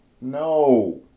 No